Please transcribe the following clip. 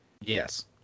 Yes